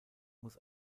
muss